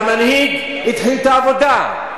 מחפשים מנהיג, והמנהיג התחיל את העבודה.